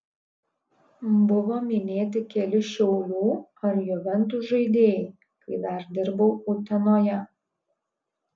buvo minėti keli šiaulių ar juventus žaidėjai kai dar dirbau utenoje